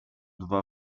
dwa